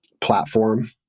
platform